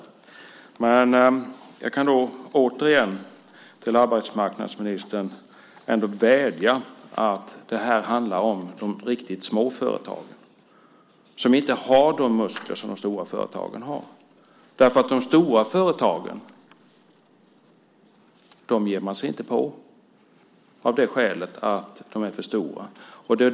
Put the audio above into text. Återigen kan jag bara vädja till arbetsmarknadsministern: Det här handlar om de riktigt små företagen som inte har de muskler som de stora företagen har. De stora företagen ger man sig inte på, av det skälet att de är för stora.